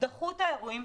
דחו את האירועים.